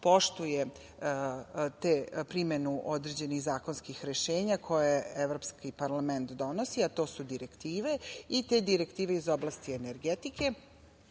poštuje primenu određenih zakonskih rešenja koje Evropski parlament donosi, a to su direktive i te direktive iz oblasti energetike